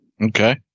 Okay